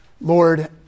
Lord